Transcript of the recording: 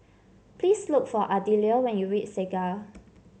please look for Ardelia when you reach Segar